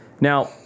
Now